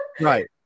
Right